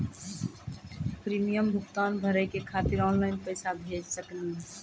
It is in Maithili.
प्रीमियम भुगतान भरे के खातिर ऑनलाइन पैसा भेज सकनी?